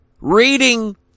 reading